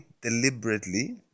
deliberately